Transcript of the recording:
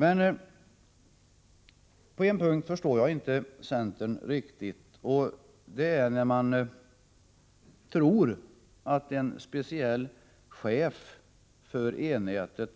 Men på en punkt förstår jag inte centern riktigt, nämligen när ni tror att en speciell chef för E-nätet